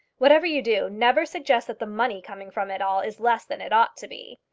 whatever you do, never suggest that the money coming from it all is less than it ought to be.